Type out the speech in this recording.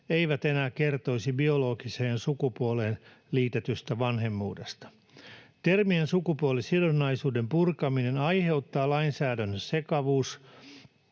eivät enää kertoisi biologiseen sukupuoleen liitetystä vanhemmuudesta. Termien sukupuolisidonnaisuuden purkamisen aiheuttama lainsäädännön sekavuus